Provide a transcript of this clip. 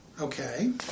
okay